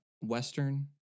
western